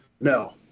No